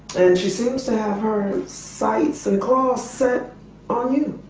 she seems to have her sights and claws set on you.